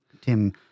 Tim